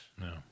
No